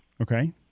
Okay